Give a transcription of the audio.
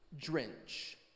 drench